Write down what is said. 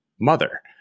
mother